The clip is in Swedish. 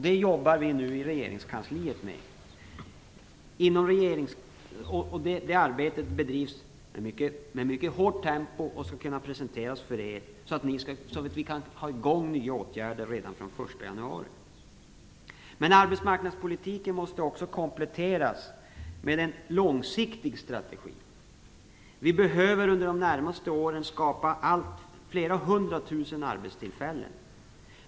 Det jobbar vi i regeringskansliet nu med. Arbetet bedrivs i mycket hårt tempo för att kunna presenteras för er. Det gäller att komma i gång med nya åtgärder redan den 1 Arbetsmarknadspolitiken måste dock kompletteras med en långsiktig strategi. Under de närmaste åren behöver vi skapa flera hundra tusen arbetstillfällen.